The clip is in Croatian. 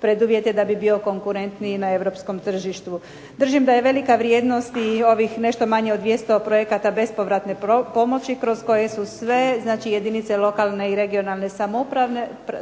preduvjete da bi bio konkurentniji na europskom tržištu. Držim da je velika vrijednost i ovih nešto manje od 200 projekata bespovratne pomoći kroz koje su sve znači jedinice lokalne i regionalne